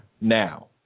Now